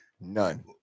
None